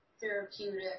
therapeutic